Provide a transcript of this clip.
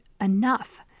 enough